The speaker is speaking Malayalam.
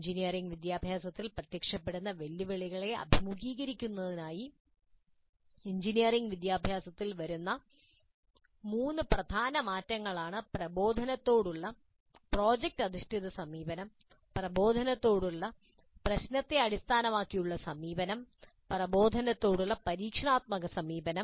എഞ്ചിനീയറിംഗ് വിദ്യാഭ്യാസത്തിൽ പ്രത്യക്ഷപ്പെടുന്ന വെല്ലുവിളികളെ അഭിമുഖീകരിക്കുന്നതിനായി എഞ്ചിനീയറിംഗ് വിദ്യാഭ്യാസത്തിൽ വരുന്ന മൂന്ന് പ്രധാന മാറ്റങ്ങളാണ് പ്രബോധനത്തോടുള്ള പ്രോജക്റ്റ് അധിഷ്ഠിത സമീപനം പ്രബോധനത്തോടുള്ള പ്രശ്നത്തെ അടിസ്ഥാനമാക്കിയുള്ള സമീപനം പ്രബോധനത്തോടുള്ള പരീക്ഷണാത്മക സമീപനം